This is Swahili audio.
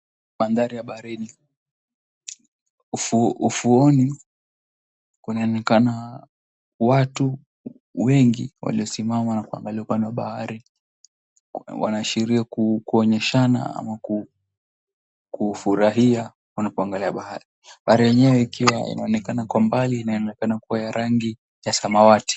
Maandhari ya baharini ufuoni, kunaonekana watu wengi waliosimama na kuangalia upande wa bahari, wanaashiria kuonyeshana ama kufurahia wanapoangalia bahari, bahari yenyewe ikiwa inaonekana kwa umbali na linaonekana kuwa ya rangi ya samawati.